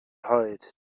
hide